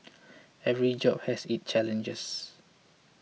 every job has its challenges